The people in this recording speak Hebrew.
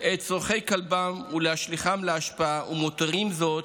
את צורכי כלבם ולהשליכם לאשפה, ומותירים זאת